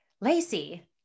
Lacey